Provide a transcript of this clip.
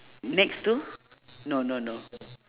next to no no no